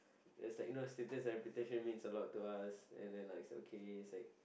as like you know status and reputation means a lot to us and then like is okay it's like